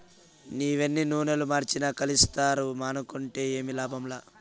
నీవెన్ని నూనలు మార్చినా కల్తీసారా మానుకుంటే ఏమి లాభంలా